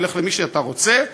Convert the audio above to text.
נלך למי שאתה רוצה,